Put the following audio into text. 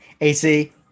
AC